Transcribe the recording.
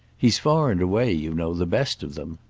he's far and away, you know, the best of them.